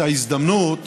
ההזדמנות